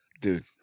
dude